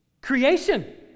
Creation